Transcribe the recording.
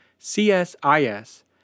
CSIS